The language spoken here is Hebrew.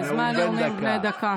זה בסדר גמור, לא צריך לצעוק.